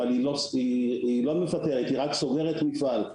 היא רק סוגרת מפעל,